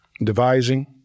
devising